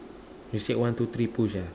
you say one two three push ah